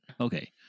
Okay